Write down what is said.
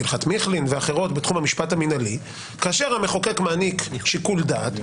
הלכת מיכלין ואחרות בתחום המשפט המנהלי כאשר המחוקק מעניק שיקול דעת,